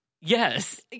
Yes